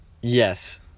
Yes